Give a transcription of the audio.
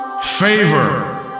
Favor